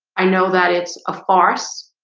i know that it's a force